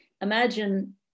imagine